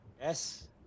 yes